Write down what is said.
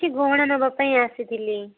କିଛି ଗହଣା ନେବା ପାଇଁ ଆସିଥିଲି